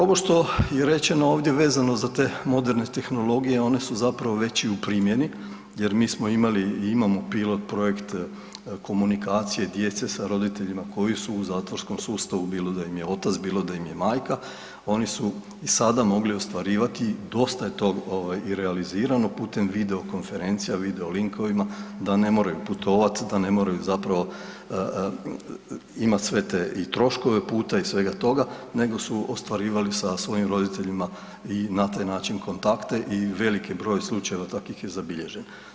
Ovo što je rečeno ovdje vezano za te moderne tehnologije one su zapravo već i u primjeni jer mi smo imali i imamo pilot projekt komunikacije djece sa roditeljima koji su u zatvorskom sustavu bilo da im je otac, bilo da im je majka, oni su i sada mogli ostvarivati, dosta je tog i realizirano putem video konferencija video likovima, da ne moraju putovati, da ne moraju zapravo imati sve te i troškove puta i svega toga, nego su ostvarivali sa svojim roditeljima i na taj način kontakte i veliki broj slučajeva takvih je zabilježen.